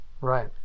Right